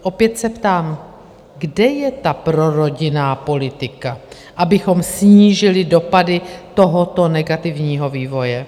Opět se ptám, kde je ta prorodinná politika, abychom snížili dopady tohoto negativního vývoje?